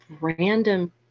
random